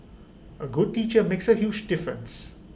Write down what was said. A good teacher makes A huge difference